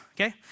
okay